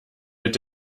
mit